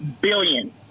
billion